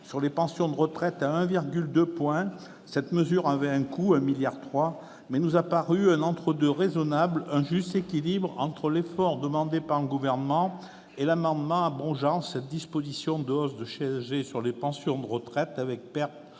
sur les pensions de retraite à 1,2 point. Cette mesure avait un coût- 1,3 milliard d'euros -, mais nous est apparue comme un entre-deux raisonnable, un juste équilibre entre l'effort demandé par le Gouvernement et l'amendement tendant à abroger cette hausse de CSG sur les pensions de retraite, avec une